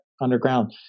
underground